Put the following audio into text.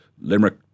Limerick